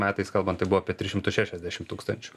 metais kalbant tai buvo apie tris šimtus šešiasdešimt tūkstančių